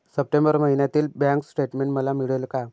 September महिन्यातील bank statement मला मिळेल का?